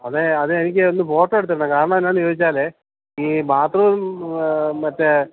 അതെ അതെനിക്ക് ഒന്ന് ഫോട്ടോ എടുത്തിടണം കാരണമെന്താണെന്ന് ചോദിച്ചാല് ഈ ബാത്റൂം മറ്റേ